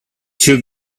two